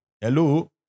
Hello